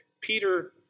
Peter